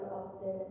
often